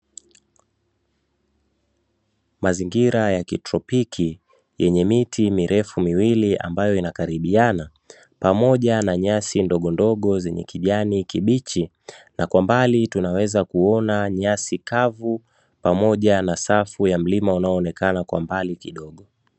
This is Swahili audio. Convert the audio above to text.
Mazingira ya kitropiki yenye miti mirefu miwili ambayo inakaribiana pamoja na nyasi ndogondogo zenye kijani kibichi, na kwa mbali tunaweza kuona nyasi kavu pamoja na safu ya mlima unaonekana mbali kidogo.